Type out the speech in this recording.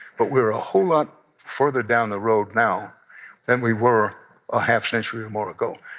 but we're a whole lot further down the road now than we were a half century or more ago.